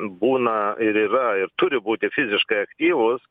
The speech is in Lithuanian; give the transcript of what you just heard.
būna ir yra ir turi būti fiziškai aktyvūs